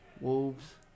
Wolves